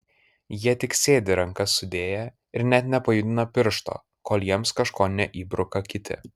jie tik sėdi rankas sudėję ir net nepajudina piršto kol jiems kažko neįbruka kiti